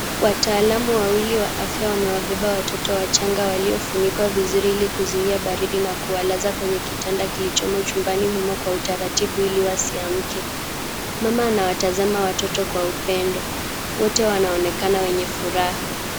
Wataalamu wawili wa afya wamewabeba watoto wachanga waliofunikwa vizuri ili kuzuia baridi na kuwalaza kwenye kutanda kilichomo chumbani humo kwa utaratibu ili wasiamke. Mama anawatazama watoto kwa upendo. Wote wanaonekana wenye furaha.